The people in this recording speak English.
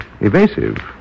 evasive